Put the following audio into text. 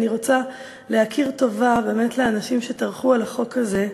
ואני רוצה להכיר טובה באמת לאנשים שטרחו על החוק הזה: